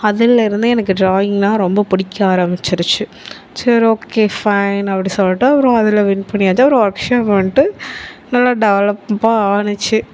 அதில் இருந்து எனக்கு டிராயிங்னால் ரொம்ப பிடிக்க ஆரமிச்சிருச்சு சரி ஓகே ஃபைன் அப்படி சொல்லிட்டு அப்புறம் அதில் வின் பண்ணியாச்சு அப்புறம் ஒர்க் ஷாப் வந்துட்டு நல்லா டெவலப்பாக ஆகிச்சி